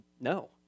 No